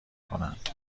کنند